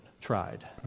tried